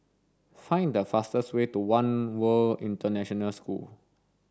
find the fastest way to One World International School